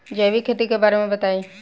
जैविक खेती के बारे में बताइ